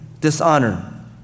dishonor